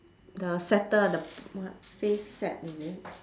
the setter the what face set is it